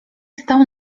stał